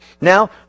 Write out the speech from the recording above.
Now